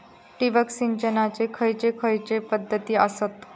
ठिबक सिंचनाचे खैयचे खैयचे पध्दती आसत?